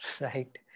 right